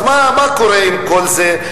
אז מה קורה עם כל זה?